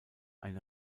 eine